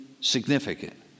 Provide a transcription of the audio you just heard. significant